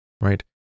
right